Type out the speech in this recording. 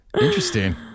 Interesting